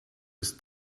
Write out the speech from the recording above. ist